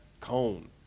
cone